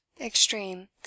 Extreme